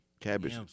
Cabbage